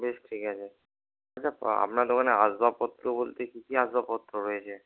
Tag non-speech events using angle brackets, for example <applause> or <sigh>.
বেশ ঠিক আছে <unintelligible> আপনার দোকানে আসবাবপত্র বলতে কী কী আসবাবপত্র রয়েছে